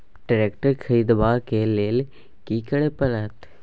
Tractor खरीदबाक लेल की करय परत?